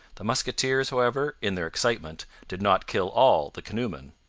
the musketeers, however, in their excitement, did not kill all the canoemen.